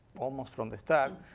almost from the start.